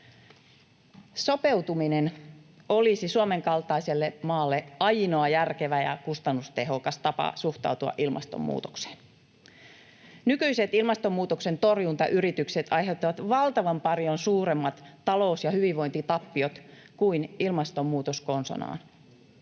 Sopeutuminen olisi Suomen kaltaiselle maalle ainoa järkevä ja kustannustehokas tapa suhtautua ilmastonmuutokseen. Nykyiset ilmastonmuutoksen torjuntayritykset aiheuttavat valtavan paljon suuremmat talous- ja hyvinvointitappiot kuin ilmastonmuutos konsanaan.